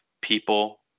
people